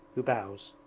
who bows.